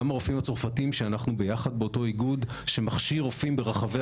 גם הרופאים הצרפתיים שאנחנו יחד באותו איגוד שמכשיר רופאים ברחבי